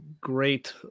great